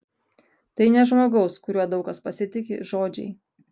tai ne žmogaus kuriuo daug kas pasitiki žodžiai